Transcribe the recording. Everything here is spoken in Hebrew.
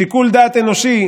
שיקול דעת אנושי,